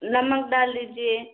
हाँ नमक डाल दीजिए